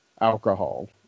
alcohol